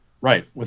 Right